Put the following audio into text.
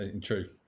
true